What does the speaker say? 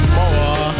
more